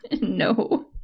No